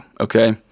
okay